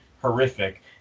horrific